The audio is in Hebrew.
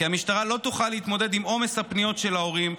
המשטרה לא תוכל להתמודד עם עומס הפניות של ההורים,